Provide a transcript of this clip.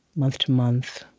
month to month,